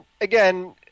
again